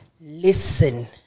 Listen